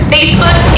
Facebook